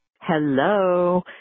Hello